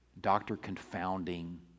doctor-confounding